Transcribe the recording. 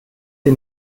sie